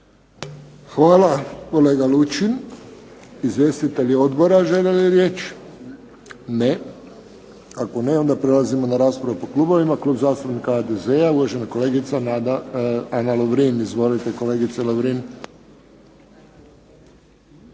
Hvala kolega Lučin. Izvjestitelji odbora žele li riječ? Ne. Ako ne onda prelazimo na raspravu po klubovima. Klub zastupnika HDZ-a, uvažena kolegica Ana Lovrin. Izvolite kolegice Lovrin.